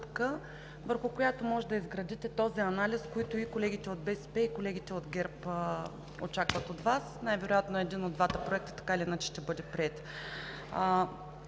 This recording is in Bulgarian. върху която може да изградите този анализ, който и колегите от БСП, и от ГЕРБ очакват от Вас. Най-вероятно един от двата проекта така или иначе ще бъде приет.